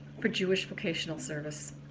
for jewish vocational service,